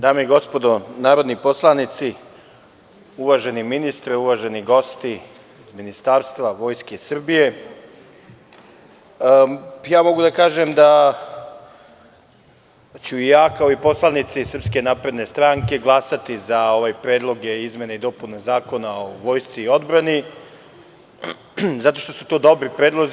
Dame i gospodo narodni poslanici, uvaženi ministre, uvaženi gosti iz ministarstva i Vojske Srbije, mogu da kažem da ću i ja, kao i poslanici SNS, glasati za ove predloge izmena i dopuna zakona o Vojsci i odbrani, zato što su to dobri predlozi.